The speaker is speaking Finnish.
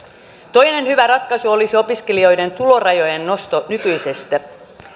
toinen hyvä ratkaisu olisi opiskelijoiden tulorajojen nosto nykyisestä